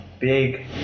big